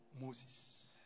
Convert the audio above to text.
Moses